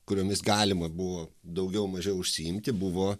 kuriomis galima buvo daugiau mažiau užsiimti buvo